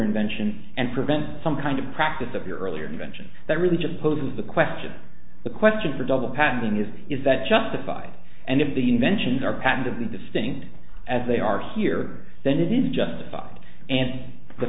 invention and prevent some kind of practice of your earlier invention that really just poses the question the question for double patenting is is that justified and if the inventions are patented and distinct as they are here then it is justified and the